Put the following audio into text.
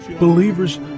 Believers